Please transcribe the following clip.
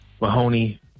Mahoney